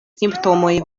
simptomoj